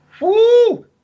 Woo